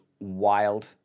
wild